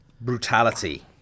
Brutality